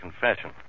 confession